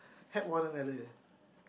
help one another